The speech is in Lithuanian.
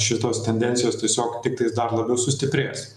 šitos tendencijos tiesiog tiktais dar labiau sustiprės